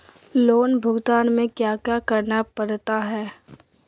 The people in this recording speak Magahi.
लोन भुगतान में क्या क्या करना पड़ता है